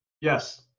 Yes